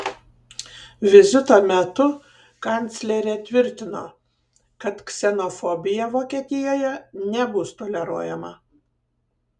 vizito metu kanclerė tvirtino kad ksenofobija vokietijoje nebus toleruojama